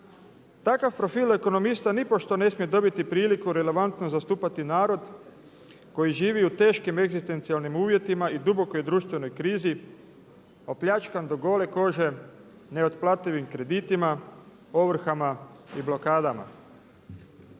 Takav profil ekonomista nipošto ne smije dobiti priliku relevantno zastupati narod koji živi u teškim egzistencijalnim uvjetima i dubokoj društvenoj krizi, opljačkan do gole kože, neotplativim kreditima, ovrhama i blokadama.